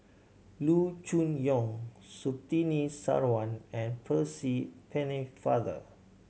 Loo Choon Yong Surtini Sarwan and Percy Pennefather